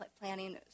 planning